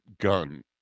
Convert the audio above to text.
gun